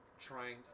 trying